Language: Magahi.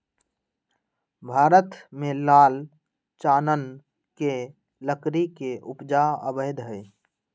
भारत में लाल चानन के लकड़ी के उपजा अवैध हइ